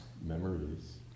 memories